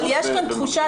אבל יש כאן תחושה,